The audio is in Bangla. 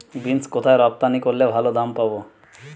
বিন্স কোথায় রপ্তানি করলে ভালো দাম পাব?